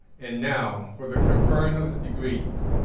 and now, for the conferring of the degrees.